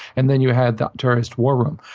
and then you had the terrorist war room.